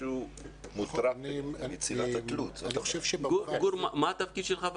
גור, מה התפקיד שלך?